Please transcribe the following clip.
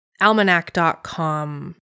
Almanac.com